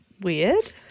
weird